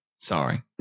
Sorry